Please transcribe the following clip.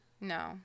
No